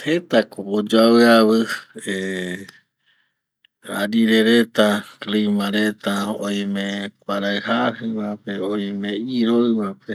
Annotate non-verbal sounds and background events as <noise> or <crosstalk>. Jeta ko oyoavɨ avi <hesitation> arire reta, clima reta oime kuaraɨ jajɨ va pe, oime iroɨ va pe